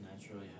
naturally